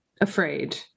afraid